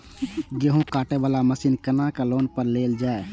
गेहूँ काटे वाला मशीन केना लोन पर लेल जाय?